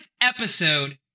episode